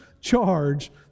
charge